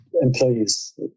employees